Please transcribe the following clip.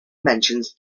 mentions